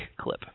clip